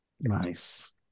Nice